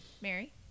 Mary